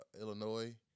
Illinois